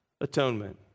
atonement